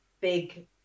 big